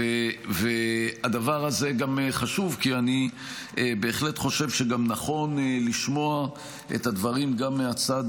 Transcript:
הדבר הזה גם חשוב כי אני בהחלט חושב שנכון לשמוע את הדברים גם מהצד